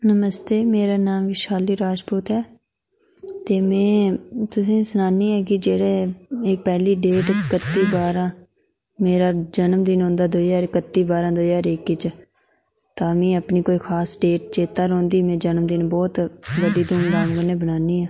नमस्ते मेरा नां वेशाली राजपूत ऐ ते में तुसें गी सनान्नी आं के जेहड़े पैहली डेट कत्ती बारां मेरे जन्म दिन होंदा कत्ती बारां दो हजार इक बिच तां गै में एह् खास डेट चेता रौंहदी जन्म दिन बहुत बड़ी धूमधाम कन्नै बनाने ऐं